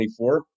24